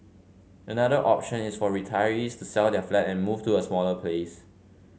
another option is for retirees to sell their flat and move to a smaller place